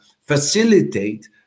facilitate